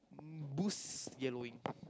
um boost yellowing